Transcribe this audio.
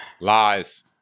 Lies